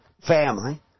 family